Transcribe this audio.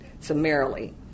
summarily